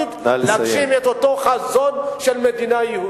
להגשים את אותו חזון של מדינה יהודית.